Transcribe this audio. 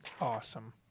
Awesome